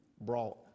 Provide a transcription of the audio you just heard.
brought